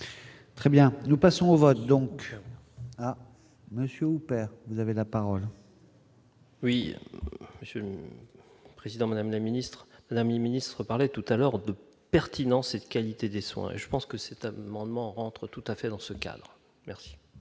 Très bien, nous passons au vote donc, monsieur, vous avez la parole. Oui, Monsieur le Président, Madame la Ministre, ministre parlait tout à l'heure de pertinence et de qualité des soins, je pense que c'est un amendement rentre tout à fait dans ce cas-là, merci.